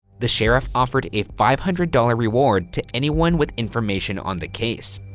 the sheriff offered a five hundred dollars reward to anyone with information on the case.